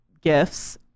gifts